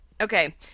Okay